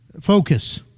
focus